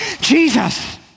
Jesus